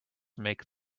make